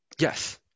Yes